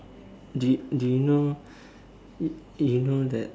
did did you know did you know that